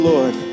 Lord